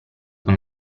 con